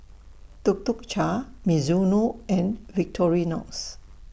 Tuk Tuk Cha Mizuno and Victorinox